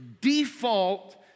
default